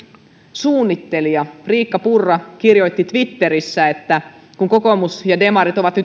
suunnittelijamme riikka purra kirjoitti twitterissä kun kokoomus ja demarit ovat